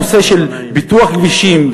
הנושא של פיתוח כבישים,